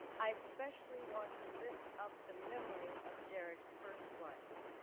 i especially want to lift up the memory of derrick's first wife,